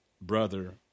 brother